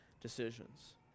decisions